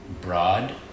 broad